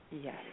Yes